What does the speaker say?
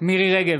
מירי מרים רגב,